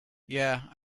yeah